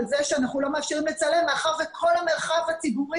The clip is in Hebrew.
על זה שאנחנו לא מאפשרים לצלם מאחר שכל המרחב הציבורי